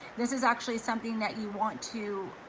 this is actually something that you want to,